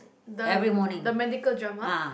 the the medical drama